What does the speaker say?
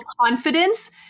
confidence